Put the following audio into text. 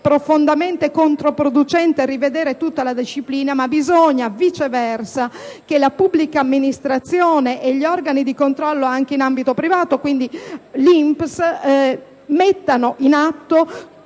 profondamente controproducente rivedere tutta la disciplina. Al contrario, occorre che la pubblica amministrazione e gli organi di controllo anche in ambito privato - quindi l'INPS - mettano in atto